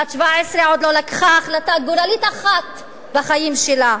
בת 17 עוד לא לקחה החלטה גורלית אחת בחיים שלה.